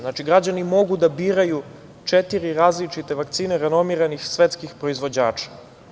Znači, građani mogu da biraju četiri različite vakcine renomiranih svetskih proizvođača.